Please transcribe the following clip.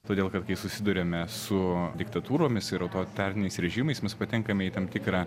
todėl kad kai susiduriame su diktatūromis ir autoritariniais režimais mes patenkame į tam tikrą